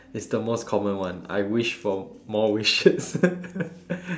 it's the most common one I wish for more wishes